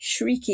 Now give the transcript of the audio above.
Shrieky